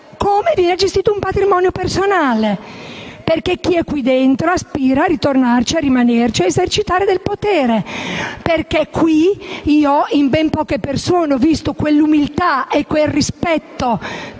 essere gestita come un patrimonio personale, perché chi è qui dentro aspira a ritornarci, a rimanerci e a esercitare del potere, perché in ben poche persone qui dentro ho visto quell'umiltà e quel rispetto